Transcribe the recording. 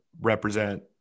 represent